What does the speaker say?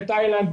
בתאילנד,